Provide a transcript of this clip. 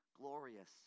glorious